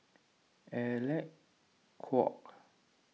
Alec Kuok